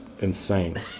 insane